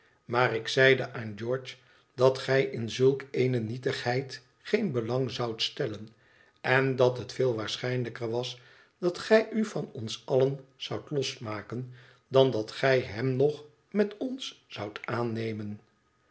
maar ik zeide aan george dat gij in zulk eene nietigheid geen belang zoudt stellen en dat het veel waarschijnlijker was dat gij u van ons allen zoudt losmaken dan dat gij hem nog met ons zoudt aannemen